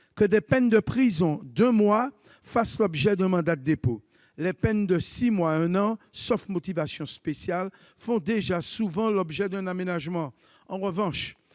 que des peines de prison d'un mois fassent l'objet d'un mandat de dépôt. Les peines d'emprisonnement de six mois à un an, sauf motivation spéciale, font déjà souvent l'objet d'un aménagement. En revanche,